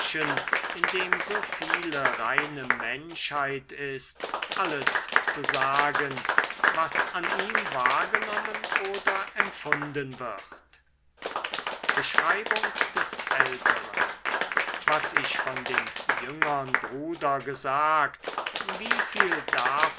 in dem so viele reine menschheit ist alles zu sagen was an ihm wahrgenommen oder empfunden wird beschreibung des älteren was ich von dem jüngern bruder gesagt wie viel davon